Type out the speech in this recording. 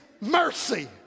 mercy